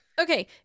Okay